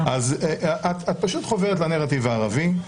פשוט חוברת לנרטיב הערבי,